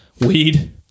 weed